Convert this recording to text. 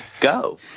go